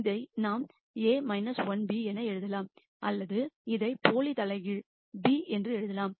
இதை நாம் A 1b என எழுதலாம் அல்லது இதை சூடோ இன்வெர்ஸ் b என்றும் எழுதலாம்